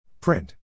Print